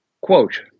quote